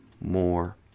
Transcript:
more